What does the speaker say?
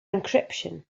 encryption